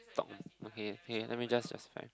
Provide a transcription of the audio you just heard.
talk okay okay let me just expect